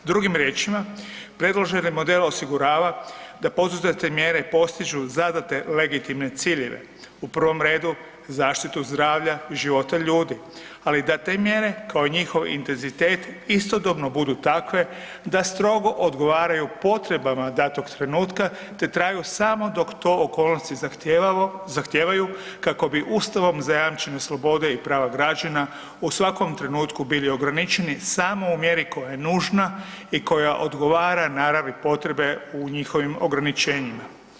Drugim riječima, predložene modele osigurava da poduzete mjere postižu zadate legitimne ciljeve, u prvom redu zaštitu zdravlja i života ljudi, ali da te mjere kao i njihov intenzitet istodobno budu takve da strogo odgovaraju potrebama datog trenutka te traju samo dok to okolnosti zahtijevaju kako bi Ustavom zajamčene slobode i prava građana u svakom trenutku, bili ograničeni, samo u mjeri koja je nužna i koja odgovara naravi potrebe u njihovim ograničenjima.